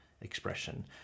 expression